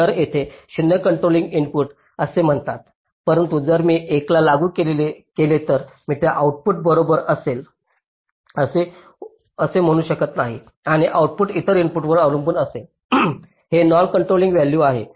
तर येथे 0 हे कंट्रोलिंग इनपुट असे म्हणतात परंतु जर मी 1 ला लागू केले तर मी आउटपुट बरोबर असे म्हणू शकत नाही की आउटपुट इतर इनपुटवर अवलंबून असेल हे नॉन कंट्रोलिंग व्हॅल्यू आहे